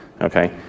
Okay